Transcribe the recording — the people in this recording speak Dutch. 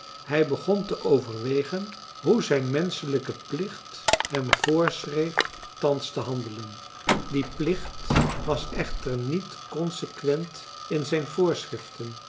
hij begon te overwegen hoe zijn menschelijke plicht hem voorschreef thans te handelen die plicht was echter niet consequent in zijn voorschriften